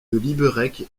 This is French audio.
liberec